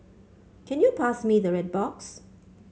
can you pass me the red box